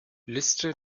liste